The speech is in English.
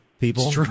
People